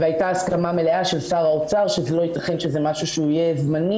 הייתה הסכמה מלאה של שר האוצר שזה לא ייתכן שזה משהו שיהיה זמני